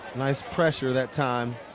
nice pressure that time